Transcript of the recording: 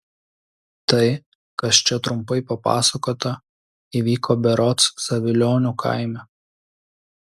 tai kas čia trumpai papasakota įvyko berods savilionių kaime